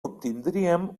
obtindríem